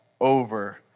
over